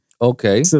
Okay